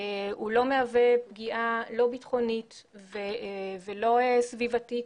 והוא לא מהווה פגיעה, לא ביטחונית ולא סביבתית.